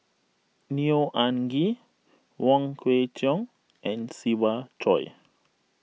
Neo Anngee Wong Kwei Cheong and Siva Choy